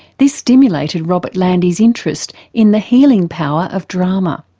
this stimulated robert landy's interest in the healing power of drama.